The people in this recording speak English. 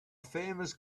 famous